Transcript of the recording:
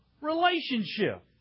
relationship